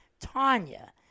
Tanya